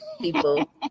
people